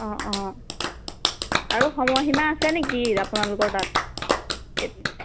অ অ আৰু সময়সীমা আছে নেকি আপোনালোকৰ তাত